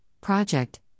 project